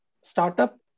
startup